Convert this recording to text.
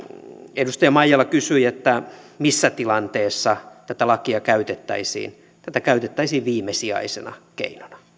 edustaja maijala kysyi missä tilanteessa tätä lakia käytettäisiin tätä käytettäisiin viimesijaisena keinona